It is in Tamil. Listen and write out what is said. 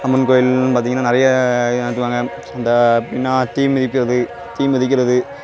அம்மன் கோயில்ன்னு பார்த்திங்கன்னா நிறைய இது நடத்துவாங்க இந்த இப்போ என்ன தீ மிதிக்கிறது தீ மிதிக்கிறது